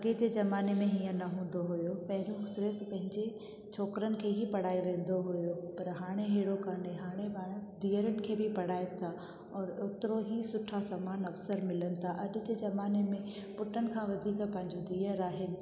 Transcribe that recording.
अॻिए जे ज़माने में ईअं न हूंदो हुयो पहरियों सिर्फ़ु पंहिंजे छोकिरनि खे ई पढ़ायो वेंदो हुयो पर हाणे हेड़ो कान्हे हाणे पाण धीअरुन खे बि पढ़ाइनि था ऐं ओतिरो ई सुठा समान अवसर मिलनि था अॼु जे ज़माने में पुटनि खां वधीक पंहिंजूं धीअर आहिनि